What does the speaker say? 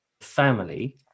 family